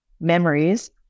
memories